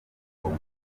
goma